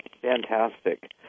Fantastic